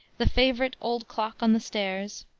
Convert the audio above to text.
the favorite old clock on the stairs,